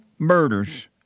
Murders